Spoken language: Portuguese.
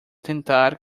tentar